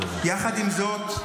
תודה,